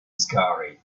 scary